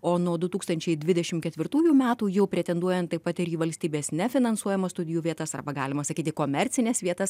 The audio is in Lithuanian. o nuo du tūkstančiai dvidešim ketvirtųjų metų jau pretenduojant taip pat ir į valstybės nefinansuojamas studijų vietas arba galima sakyt į komercines vietas